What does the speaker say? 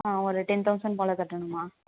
ஆ ஒரு ten thousand போலே கட்டணும்மா